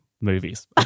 movies